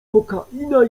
kokaina